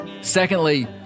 Secondly